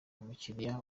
umukiriya